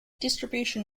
distribution